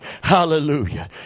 Hallelujah